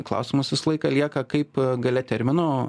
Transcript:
klausimas visą laiką lieka kaip gale termino